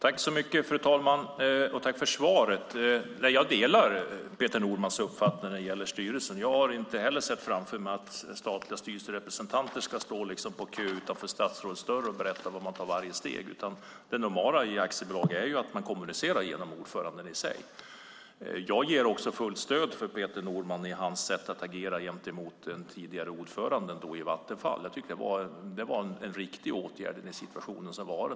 Fru talman! Tack för svaret, statsrådet! Jag delar Peter Normans uppfattning när det gäller styrelsen. Jag har inte heller sett framför mig att statliga styrelserepresentanter ska stå i kö framför statsrådets dörr för att berätta om varje steg man tar, utan det normala i aktiebolag är att man kommunicerar genom ordföranden. Jag ger också fullt stöd till Peter Norman för hans sätt att agera gentemot den tidigare ordföranden i Vattenfall. Det var en riktig åtgärd i den situationen.